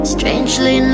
Strangely